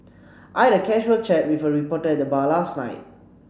I had a casual chat with a reporter at the bar last night